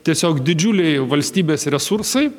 tiesiog didžiuliai valstybės resursai